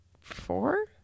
four